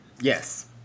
Yes